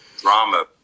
drama